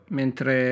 mentre